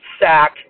sack